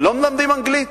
לא מלמדים אנגלית.